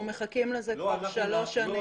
אנחנו מחכים לזה כבר שלוש שנים.